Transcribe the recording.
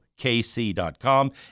kc.com